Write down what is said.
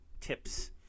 tips